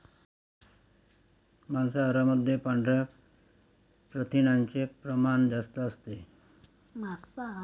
मांसाहारामध्ये पांढऱ्या प्रथिनांचे प्रमाण जास्त असते